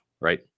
right